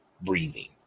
breathing